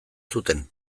zuten